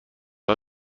های